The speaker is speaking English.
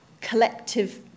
collective